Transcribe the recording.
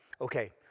Okay